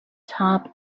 top